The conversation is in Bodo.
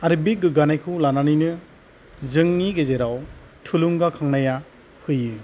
आरो बे गोग्गानायखौ लानानैनो जोंनि गेजेराव थुलुंगाखांनाया फैयो